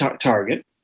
target